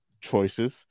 choices